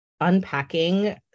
unpacking